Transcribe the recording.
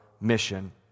mission